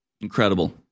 Incredible